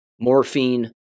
morphine